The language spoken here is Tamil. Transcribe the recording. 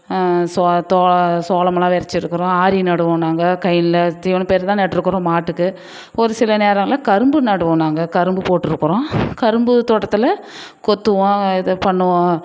சோ தோ சோளமெல்லாம் வெதைச்சிருக்குறோம் ஆரி நடுவோம் நாங்கள் கழனில தீவன பயிர்லாம் நட்டுருக்குறோம் மாட்டுக்கு ஒரு சில நேரம்லாம் கரும்பு நடுவோம் நாங்கள் கரும்பு போட்டிருக்குறோம் கரும்பு தோட்டத்தில் கொத்துவோம் இது பண்ணுவோம்